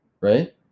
right